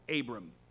Abram